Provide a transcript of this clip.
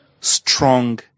strong